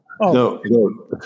no